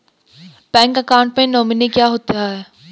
Bank account में nominee क्या होता है?